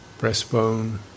breastbone